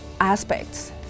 aspects